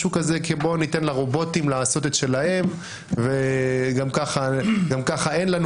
משהו כמו ניתן לרובוטים לעשות את שלהם וגם ככה אין לנו